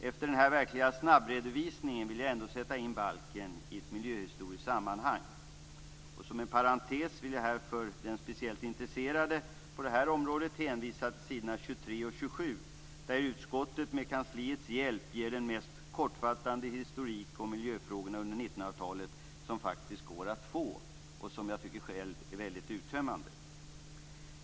Efter denna verkliga snabbredovisning vill jag sätta in balken i ett miljöhistoriskt sammanhang. Som en parentes vill jag för den speciellt intresserade på området hänvisa till sidorna 23 och 27, där utskottet med kansliets hjälp ger den mest kortfattade historik om miljöfrågorna under 1900-talet som går att få. Jag tycker själv att den är väldigt uttömmande.